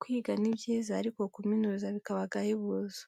Kwiga ni byiza ariko kuminuza bikaba agahebuzo,